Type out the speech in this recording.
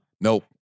Nope